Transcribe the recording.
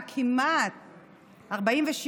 כמעט 46,